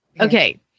okay